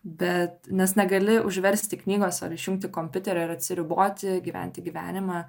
bet nes negali užversti knygos ar išjungti kompiuterio ir atsiriboti gyventi gyvenimą